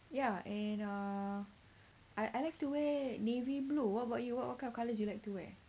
ya and err I I like to wear navy blue what about you what what kind of colours you like to wear